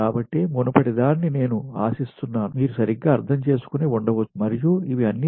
కాబట్టి మునుపటి దాన్ని నేను ఆశిస్తున్నాను మీరు సరిగ్గా అర్థం చేసుకొని ఉండవచ్చు మరియు ఇవి అన్నీ